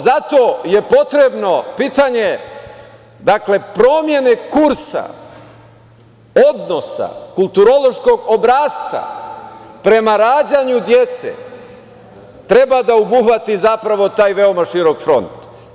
Zato je potrebno pitanje promene kursa odnosa, kulturološkog obrasca prema rađanju dece, treba da obuhvati zapravo taj veoma širok front.